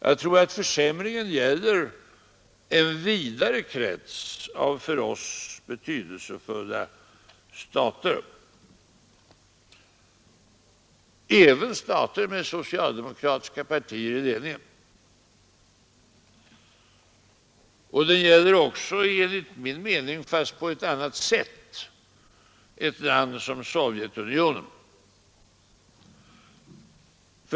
Jag tror att försämringen gäller en vidare krets av för oss betydelsefulla stater — även stater med socialdemokratiska partier i ledningen. Och den gäller enligt min mening också, fast på ett annat sätt, ett land som Sovjetunionen.